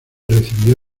recibió